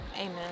Amen